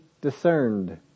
discerned